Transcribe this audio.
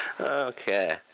Okay